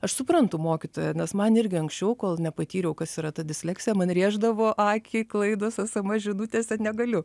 aš suprantu mokytoją nes man irgi anksčiau kol nepatyriau kas yra ta disleksija man rėždavo akį klaidos sms žinutėse negaliu